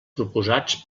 proposats